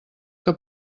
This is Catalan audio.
que